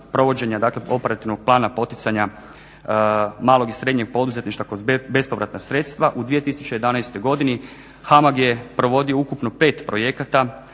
provođenja dakle operativnog plana poticanja malog i srednjeg poduzetništva kroz bespovratna sredstva u 2011. godini HAMAG je provodio ukupno pet projekata,